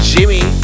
Jimmy